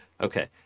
Okay